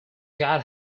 god